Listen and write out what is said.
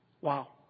Wow